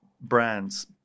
brands